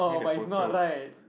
but it's not right